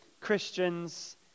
Christian's